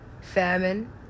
Famine